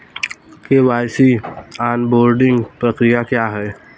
KYC onboarding प्रक्रिया क्या है?